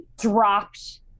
dropped